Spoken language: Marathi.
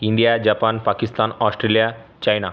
इंडिया जपान पाकिस्तान ऑस्ट्रेलिया चायना